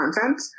content